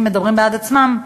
מדברים בעד עצמם: